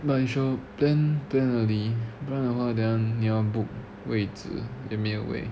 but you shall plan plan early 不然的话等下你要 book 位子 then 没有位